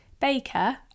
Baker